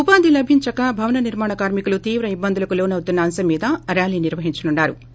ఉపాధి లభించక భవన నిర్మాణ కార్మికులు తీవ్ర ఇబ్బందులకు లోనవుతున్న అంశం మీద ర్యాలీ నిర్వహించనున్నా రు